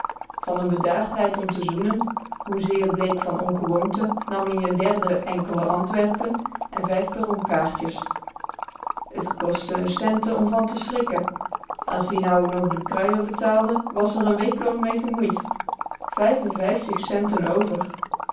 van n bedaardheid om te zoenen hoezeer bleek van ongewoonte nam ie n derde enkele antwerpen en vijf perronkaartjes t kostte n centen om van te schrikken as-ie nou nog de kruier betaalde was r n weekloon mee gemoeid vijf en vijftig centen over